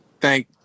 thank